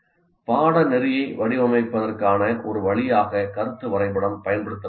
பாடநெறியை வடிவமைப்பதற்கான ஒரு வழியாக கருத்து வரைபடம் பயன்படுத்தப்படுகிறது